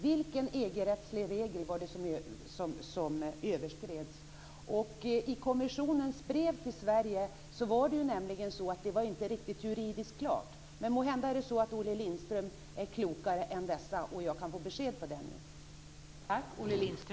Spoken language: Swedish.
Vilken I kommissionens brev till Sverige var det nämligen inte riktigt juridiskt klart. Men måhända är Olle Lindström klokare, så att jag kan få besked om det nu.